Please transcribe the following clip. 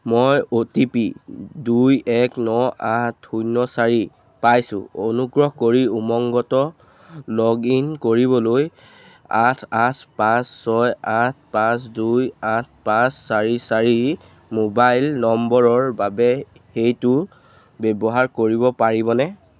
মই O T P দুই এক ন আঠ শূন্য চাৰি পাইছোঁ অনুগ্ৰহ কৰি উমংগত লগ ইন কৰিবলৈ আঠ আঠ পাঁচ ছয় আঠ পাঁচ দুই আঠ পাঁচ চাৰি চাৰি মোবাইল নম্বৰৰ বাবে সেইটো ব্যৱহাৰ কৰিব পাৰিবনে